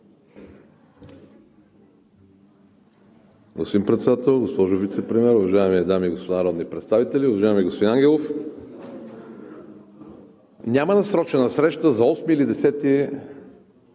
няма насрочена среща за 8 или 10